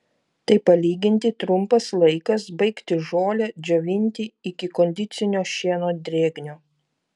tai palyginti trumpas laikas baigti žolę džiovinti iki kondicinio šieno drėgnio